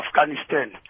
Afghanistan